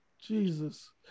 Jesus